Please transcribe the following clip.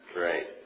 Right